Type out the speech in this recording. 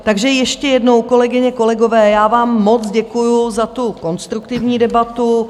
Takže ještě jednou, kolegyně, kolegové, já vám moc děkuju za tu konstruktivní debatu.